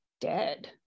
dead